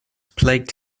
plagued